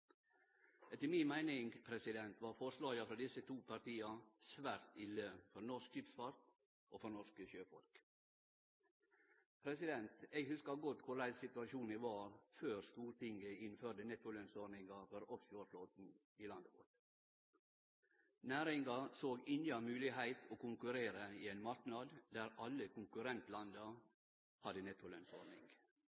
Etter mi meining var forslaga frå desse to partia svært ille for norsk skipsfart og for norske sjøfolk. Eg hugsar godt korleis situasjonen var før Stortinget innførte nettolønnsordninga for offshoreflåten i landet vårt. Næringa såg inga moglegheit til å kunne konkurrere i ein marknad der alle konkurrentlanda